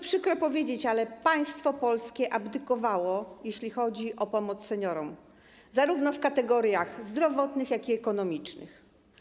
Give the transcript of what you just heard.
Przykro to powiedzieć, ale państwo polskie abdykowało, jeśli chodzi o pomoc seniorom, zarówno w kategoriach zdrowotnych, jak i ekonomicznych.